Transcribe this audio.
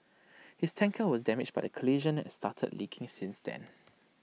his tanker was damaged by the collision and started leaking since then